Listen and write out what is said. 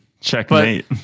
Checkmate